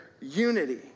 unity